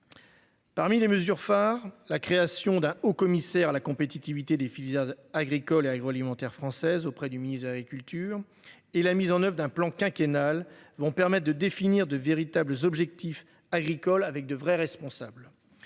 Parmi les mesures phares, la création d'un Haut commissaire à la compétitivité des filières agricoles et agroalimentaires françaises auprès du ministre de l'agriculture et la mise en oeuvre d'un plan quinquennal vont permettre de définir de véritables objectifs agricoles avec de vrais responsables.